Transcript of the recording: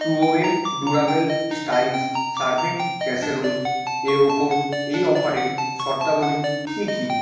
Trueware durable stylus serving casserole এর ওপর এই অফারের শর্তাবলী কী কী